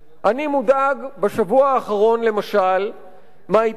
אני מודאג בשבוע האחרון למשל מההתייחסות